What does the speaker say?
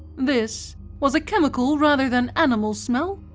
this was a chemical rather than animal smell,